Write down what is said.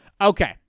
Okay